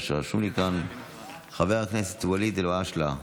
חבר הכנסת ואליד אלהואשלה,